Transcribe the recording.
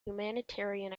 humanitarian